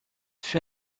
fut